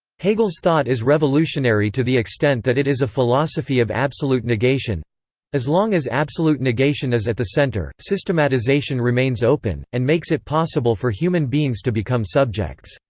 hegel's thought is revolutionary to the extent that it is a philosophy of absolute negation as long as absolute negation is at the center, systematization remains open, and makes it possible for human beings to become subjects.